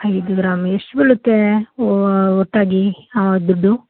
ಐದು ಗ್ರಾಮ್ ಎಷ್ಟು ಬೀಳುತ್ತೇ ಒಟ್ಟಾಗೀ ಹಾಂ ದುಡ್ಡು